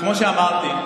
כמו שאמרתי,